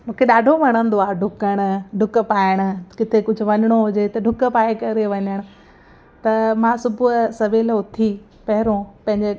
मूंखे ॾाढो वणंदो आहे ॾुकण ॾुक पाइण किथे कुझु वञिणो हुजे त ॾुक पाए करे वञण त मां सुबुह सवेल उथी पहिरों पंहिंजे